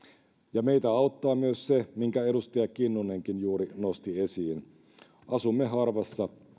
ja meitä auttaa myös se minkä edustaja kinnunenkin juuri nosti esiin että asumme harvassa